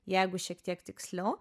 jeigu šiek tiek tiksliau